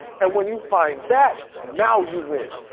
and when you find that now you win,